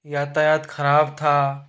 यातायात खराब था